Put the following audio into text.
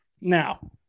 Now